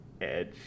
edge